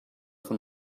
for